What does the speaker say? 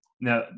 Now